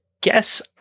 guess